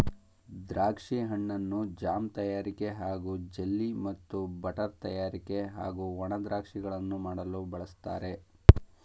ದ್ರಾಕ್ಷಿ ಹಣ್ಣನ್ನು ಜಾಮ್ ತಯಾರಿಕೆ ಹಾಗೂ ಜೆಲ್ಲಿ ಮತ್ತು ಬಟರ್ ತಯಾರಿಕೆ ಹಾಗೂ ಒಣ ದ್ರಾಕ್ಷಿಗಳನ್ನು ಮಾಡಲು ಬಳಸ್ತಾರೆ